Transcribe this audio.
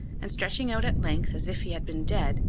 and stretching out at length, as if he had been dead,